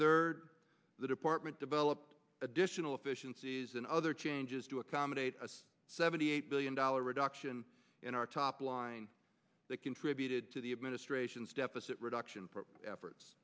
third the department developed additional efficiencies and other changes to accommodate a seventy eight billion dollars reduction in our top line that contributed to the administration's deficit reduction efforts